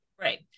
Right